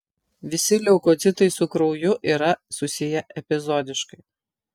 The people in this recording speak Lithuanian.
visi leukocitai su krauju yra susiję epizodiškai